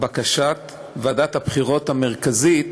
בקשת ועדת הבחירות המרכזית